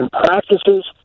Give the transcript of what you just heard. practices